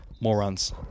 Morons